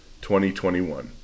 2021